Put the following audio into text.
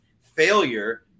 failure